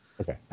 Okay